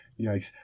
yikes